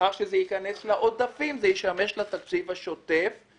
ומאחר שזה ייכנס לעודפים זה ישמש לתקציב השוטף.